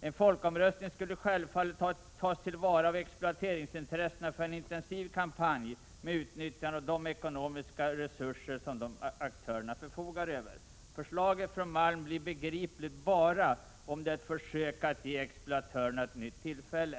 En folkomröstning skulle självfallet tas till vara av exploateringsintressena för en intensiv kampanj, med utnyttjande av de ekonomiska resurser dessa aktörer förfogar över. Förslaget från Stig Malm blir begripligt bara om det är ett försök att ge exploatörerna ett nytt tillfälle.